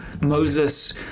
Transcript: Moses